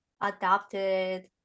adopted